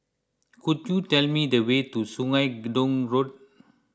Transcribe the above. could you tell me the way to Sungei Gedong Road